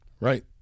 Right